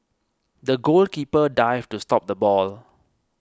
the goalkeeper dived to stop the ball